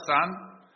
son